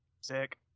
Sick